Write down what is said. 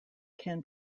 can